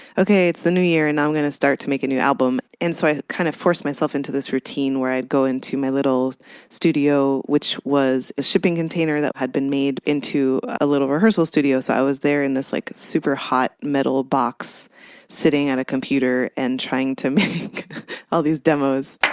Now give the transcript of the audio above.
okay, it's the new year and i'm going to start to make a new album. and so i kind of force myself into this routine where i'd go into my little studio, which was a shipping container that had been made into a little rehearsal studio. so i was there in this like super hot metal box sitting at a computer and trying to make all these demos